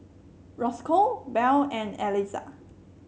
Rosco Buell and Elizah